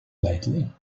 lately